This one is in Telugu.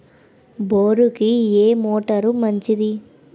బోరుకి ఏ మోటారు మంచిది?